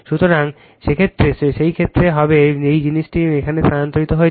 সুতরাং সেই ক্ষেত্রে কি হবে এই জিনিসটি এখানে স্থানান্তরিত হয়েছে